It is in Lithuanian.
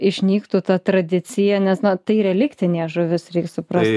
išnyktų ta tradicija nes na tai reliktinė žuvis reik suprast